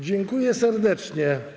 Dziękuję serdecznie.